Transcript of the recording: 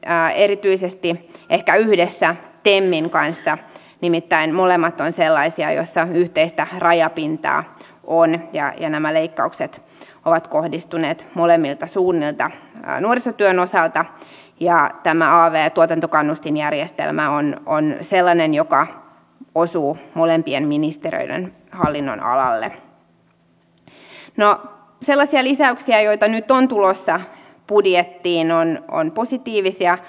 siitä että lapsilla ja heidän lapsillaan on hyvä olla maapallolla kaikille riittää ruokaa on viljelykelpoista maata luonnon monimuotoisuuden rapistuminen saadaan pysäytettyä maailma ei kohtaisi valtavaa ilmastopakolaisuutta pienet saarivaltiot eivät hukkuisi veteen meret eivät happamoituisi kalat ja korallit selviäisivät jääkarhut säästyisivät sukupuutolta suomalaiset lapset voisivat rakentaa lumiukkoja